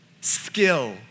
skill